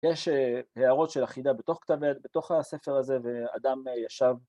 יש הערות של אחידה בתוך כתב עת, בתוך הספר הזה, ואדם ישב.